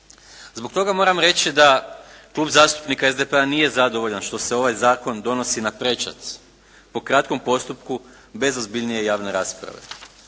Zbog toga moram reći da Klub zastupnika SDP-a nije zadovoljan što se ovaj zakon donosi na prečac po kratkom postupku bez ozbiljnije javne rasprave.